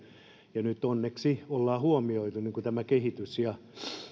nyt onneksi ollaan huomioitu tämä kehitys